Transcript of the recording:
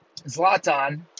Zlatan